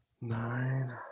Nine